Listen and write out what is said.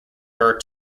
burr